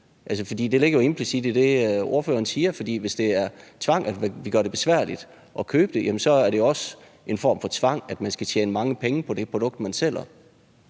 det ligger jo implicit i det, ordføreren siger. For hvis det er tvang, at vi gør det besværligt at købe det, er det jo også en form for tvang, at man skal tjene mange penge på det produkt, man sælger.